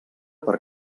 per